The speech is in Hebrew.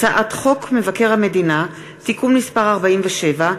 הצעת חוק מבקר המדינה (תיקון מס' 47)